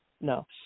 no